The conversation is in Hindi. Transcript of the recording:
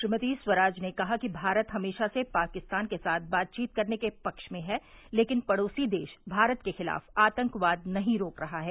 श्रीमती स्वराज ने कहा कि भारत हमेशा से पाकिस्तान के साथ बातचीत करने के पक्ष में है लेकिन पड़ोसी देश भारत के खिलाफ आतंकवाद नहीं रोक रहा है